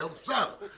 היום שר,